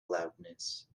loudness